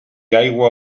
aigua